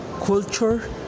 culture